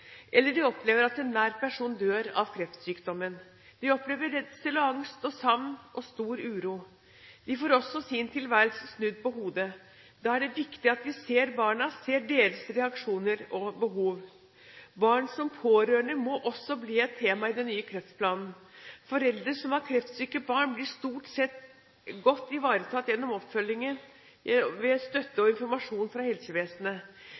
eller de opplever at en nær person dør av kreftsykdommen. De opplever redsel, angst, savn og stor uro. De får også sin tilværelse snudd på hodet. Da er det viktig at vi ser barna, ser deres reaksjoner og behov. Barn som pårørende må også bli et tema i den nye kreftplanen. Foreldre som har kreftsyke barn, blir stort sett godt ivaretatt gjennom oppfølging, støtte og informasjon fra helsevesenet.